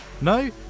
No